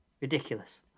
Ridiculous